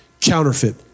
counterfeit